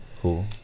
Cool